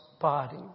body